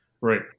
Right